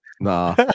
Nah